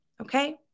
Okay